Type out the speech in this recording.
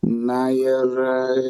na ir